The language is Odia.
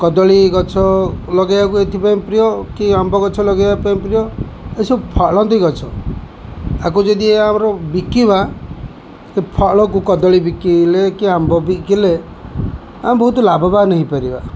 କଦଳୀ ଗଛ ଲଗେଇବାକୁ ଏଥିପାଇଁ ପ୍ରିୟ କି ଆମ୍ବ ଗଛ ଲଗେଇବା ପାଇଁ ପ୍ରିୟ ଏସବୁ ଫଳନ୍ତି ଗଛ ଏହାକୁ ଯଦି ଆମର ବିକିବା ସେ ଫଳକୁ କଦଳୀ ବିକିଲେ କି ଆମ୍ବ ବିକିଲେ ଆମେ ବହୁତ ଲାଭବାନ୍ ହୋଇପାରିବା